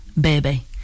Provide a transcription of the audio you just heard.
baby